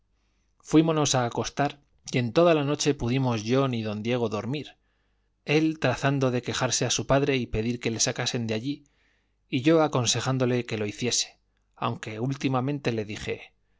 fuímonos a acostar y en toda la noche pudimos yo ni don diego dormir él trazando de quejarse a su padre y pedir que le sacase de allí y yo aconsejándole que lo hiciese aunque últimamente le dije